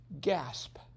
Gasp